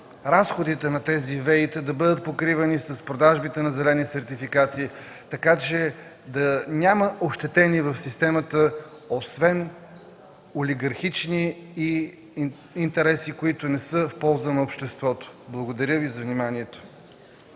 разходите на тези ВЕИ-та да бъдат покривани с продажбите на зелени сертификати, така че да няма ощетени в системата освен олигархични интереси, които не са в полза на обществото. Благодаря.